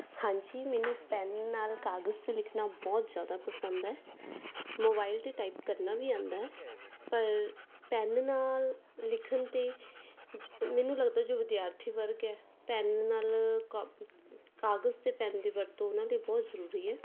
ਹਾਂਜੀ ਮੈਨੂੰ ਪੈਨ ਨਾਲ ਕਾਗਜ਼ 'ਤੇ ਲਿਖਣਾ ਬਹੁਤ ਜ਼ਿਆਦਾ ਪਸੰਦ ਹੈ ਮੋਬਾਇਲ 'ਤੇ ਟਾਈਪ ਕਰਨਾ ਵੀ ਆਉਂਦਾ ਪਰ ਪੈਨ ਨਾਲ ਲਿਖਣ 'ਤੇ ਮੈਨੂੰ ਲੱਗਦਾ ਜੋ ਵਿਦਿਆਰਥੀ ਵਰਗ ਹੈ ਪੈਨ ਨਾਲ ਕ ਕਾਗਜ਼ 'ਤੇ ਪੈਨ ਦੀ ਵਰਤੋਂ ਉਹਨਾਂ ਲਈ ਬਹੁਤ ਜ਼ਰੂਰੀ ਹੈ